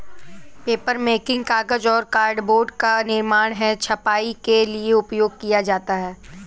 papermaking कागज और cardboard का निर्माण है छपाई के लिए उपयोग किया जाता है